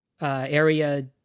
Area